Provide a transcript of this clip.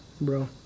bro